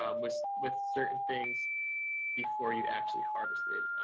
um with with certain things before you actually harvest it.